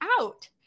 out